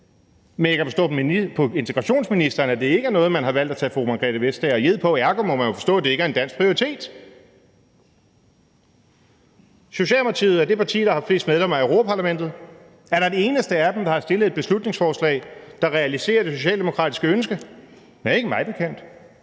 Men jeg kan forstå på integrationsministeren, at det ikke er noget, man har valgt at tage fru Margrethe Vestager i ed på, og ergo må man jo forstå, at det ikke er en dansk prioritet. Socialdemokratiet er det parti, der har flest medlemmer i Europa-Parlamentet. Er der et eneste af dem, der har stillet et beslutningsforslag, der realiserer det socialdemokratiske ønske? Ikke mig bekendt.